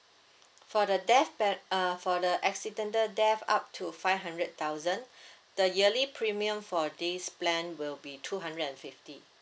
for the death ben~ uh for the accidental death up to five hundred thousand the yearly premium for this plan will be two hundred and fifty